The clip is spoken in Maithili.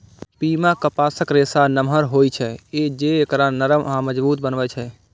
पीमा कपासक रेशा नमहर होइ छै, जे एकरा नरम आ मजबूत बनबै छै